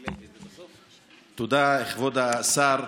תודה, כבוד השר.